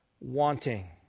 wanting